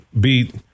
beat –